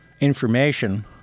information